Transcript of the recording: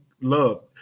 love